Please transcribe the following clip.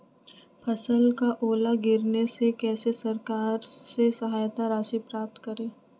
फसल का ओला गिरने से कैसे सरकार से सहायता राशि प्राप्त करें?